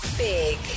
Big